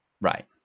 Right